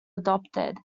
adopted